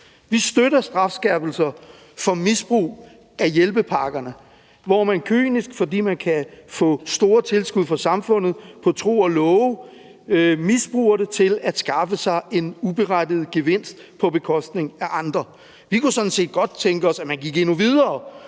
Vi støtter strafskærpelse for misbrug af hjælpepakkerne, hvor man kynisk, fordi man kan få store tilskud fra samfundet på tro og love, misbruger det til at skaffe sig en uberettiget gevinst på bekostning af andre. Vi kunne sådan set godt tænke os, at man gik endnu videre.